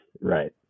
Right